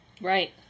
Right